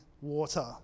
water